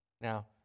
Now